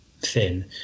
thin